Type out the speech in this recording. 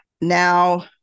now